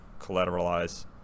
collateralize